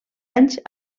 anys